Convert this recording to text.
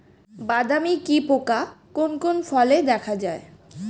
বাদামি কি পোকা কোন কোন ফলে দেখা যায়?